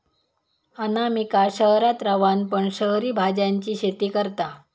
अनामिका शहरात रवान पण शहरी भाज्यांची शेती करता